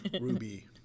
Ruby